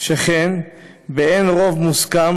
שכן באין רוב מוסכם,